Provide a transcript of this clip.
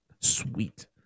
Sweet